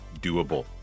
doable